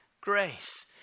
grace